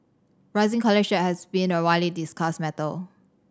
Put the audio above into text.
rising college has been a widely discussed matter